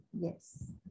yes